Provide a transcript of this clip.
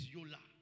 Yola